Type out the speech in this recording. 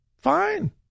fine